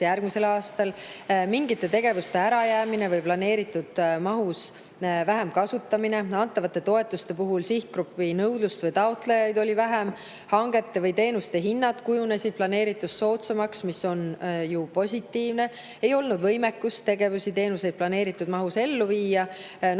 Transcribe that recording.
järgmisel aastal, mingite tegevuste ärajäämine või planeeritud mahust vähem kasutamine, antavate toetuste puhul sihtgrupp või nõudlus oli väiksem, taotlejaid oli vähem, hangete või teenuste hinnad kujunesid planeeritust soodsamaks, mis on ju positiivne, ei olnud võimekust [teatud] tegevusi või teenuseid planeeritud mahus ellu viia. Näiteks